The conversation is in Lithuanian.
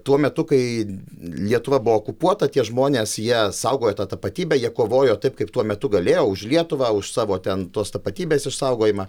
tuo metu kai lietuva buvo okupuota tie žmonės ją saugojo tą tapatybę jie kovojo taip kaip tuo metu galėjo už lietuvą už savo ten tos tapatybės išsaugojimą